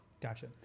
Gotcha